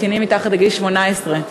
קטינים מתחת לגיל 18,